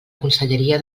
conselleria